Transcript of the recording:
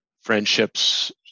friendships